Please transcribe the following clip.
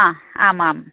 आम् आम्